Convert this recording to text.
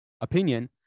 opinion